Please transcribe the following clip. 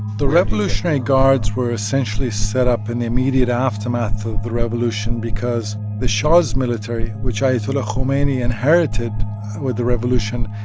the revolutionary guards were essentially set up in the immediate aftermath of the revolution, because the shah's military, which ayatollah khamenei inherited with the revolution,